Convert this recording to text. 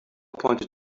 pointed